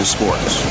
Sports